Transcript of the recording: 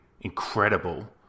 incredible